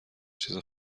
چیز